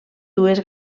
dues